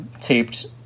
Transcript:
taped –